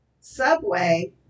Subway